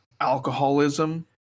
alcoholism